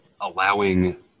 allowing